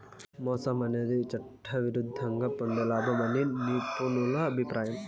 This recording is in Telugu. మోసం అనేది చట్టవిరుద్ధంగా పొందే లాభం అని నిపుణుల అభిప్రాయం